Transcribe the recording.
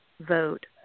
Vote